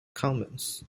commons